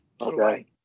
Okay